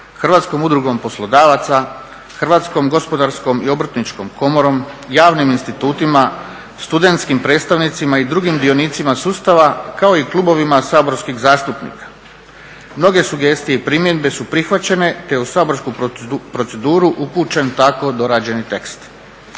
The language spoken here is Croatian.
Hrvatskom udrugom poslodavaca, Hrvatskom gospodarskom i obrtničkom komorom, javnim institutima, studentskim predstavnicima i drugim dionicima sustava, kao i klubovima saborskih zastupnika. Mnoge sugestije i primjedbe su prihvaćene te je u saborsku proceduru upućen tako dorađeni tekst.